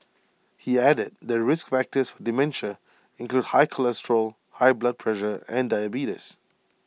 he added that risk factors for dementia include high cholesterol high blood pressure and diabetes